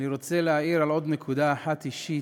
אני רוצה להעיר על עוד נקודה אחת אישית,